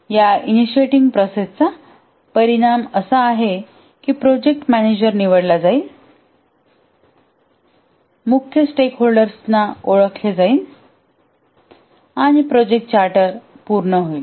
या इनिशियटिंग प्रोसेसचा परिणाम असा आहे की प्रोजेक्ट मॅनेजर निवडला जाईल मुख्य स्टेकहोल्डर्सना ओळखले जाईल आणि प्रोजेक्ट चार्टर पूर्ण होईल